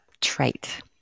trait